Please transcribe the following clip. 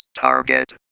Target